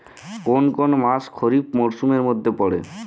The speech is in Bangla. কোন কোন মাস খরিফ মরসুমের মধ্যে পড়ে?